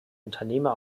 unternehmer